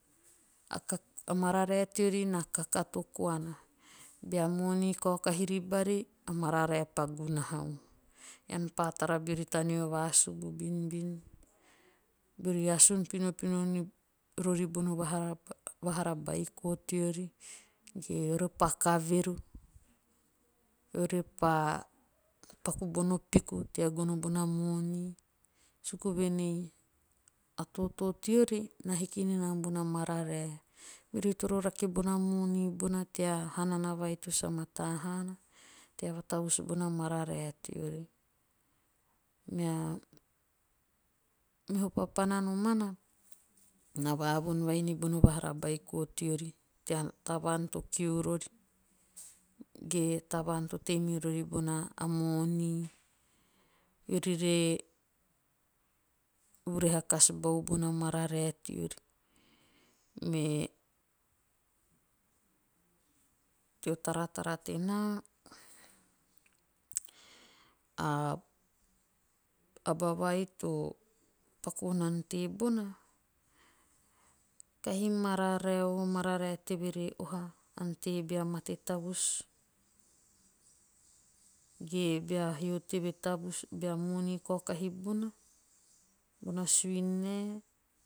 A mararae teori na kakato koana. Bea moni kaokahi ribari. a mararae pa gunahau. Ean pa tara beori taneo tea vasubu binbin. beori asun pinopino no rori bono vahara beiko teori. ge eori pa kaveru ore pa paku bono vahara beiko teori. ge eori pa kaveru ore pa paku bono piku tea gono bono moni. suku voen ei. a totoo teori na hiki ninana bona mararae meori to rake bona moni bona tea hanana vai to sa mataa haana. tea va tavus bona mararae teori. Mea meho papana nomaua. na vavon vai nibono vahara beiko teori tea tavaan to kiu rori. ge a tavaan to tei mirori bona a moni. eori re vuhare kas bau kou bona mararae teori. Me teo taratara tenaa. a aba vai to paku vonana tebona. kahi mararae u o mararae teve re oha ante bea mate tavus. ge bea hio teve tavus. bea moni kaokahi bona suin nae